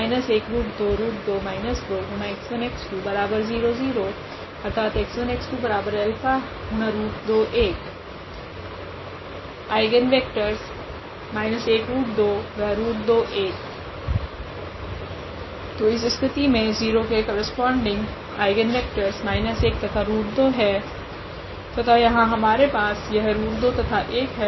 eigenvectors तो इस स्थिति मे 0 के करस्पोंडिंग आइगनवेक्टरस 1 तथा √2 है तथा यहाँ हमारे पास यह √2 तथा 1 है